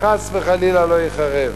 שחס וחלילה לא ייחרב.